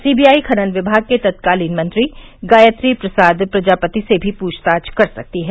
C B I खनन विभाग के तत्कालीन मंत्री गायत्री प्रसाद प्रजापति से भी पूछताछ कर सकती है